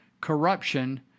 Corruption